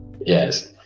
Yes